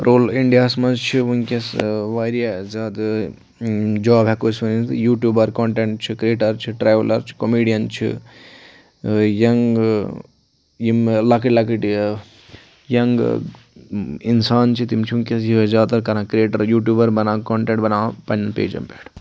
role اِنڈیاہَس منٛز چھِ وٕنکٮ۪س واریاہ زیادٕ جاب ہٮ۪کو أسۍ ؤنِتھ یوٗٹوٗبَر کانٹٮ۪نٛٹ چھِ کِرٛییٹَر چھِ ٹرٛیولَر چھِ کٔمِڈِیَن چھِ یَنٛگ یِم لۄکٕٹۍ لۄکٕٹۍ ینٛگ اِنسان چھِ تِم چھِ وٕنکٮ۪س یہِ زیادٕ تر کَران کِرٛییٹَر یوٗٹوٗبَر بَنان کانٹٮ۪نٛٹ بَناوان پںٛنٮ۪ن پیجَن پٮ۪ٹھ